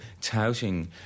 touting